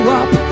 up